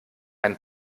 einen